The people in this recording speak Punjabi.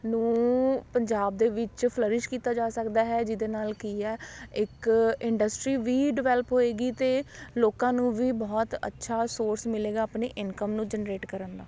ਨੂੰ ਪੰਜਾਬ ਦੇ ਵਿੱਚ ਫਲਰਇਸ਼ ਕੀਤਾ ਜਾ ਸਕਦਾ ਹੈ ਜਿਹਦੇ ਨਾਲ ਕੀ ਹੈ ਇੱਕ ਇੰਡਸਟਰੀ ਵੀ ਡਿਵੈਲਪ ਹੋਏਗੀ ਅਤੇ ਲੋਕਾਂ ਨੂੰ ਵੀ ਬਹੁਤ ਅੱਛਾ ਸੋਰਸ ਮਿਲੇਗਾ ਆਪਣੀ ਇਨਕਮ ਨੂੰ ਜਨਰੇਟ ਕਰਨ ਦਾ